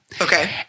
Okay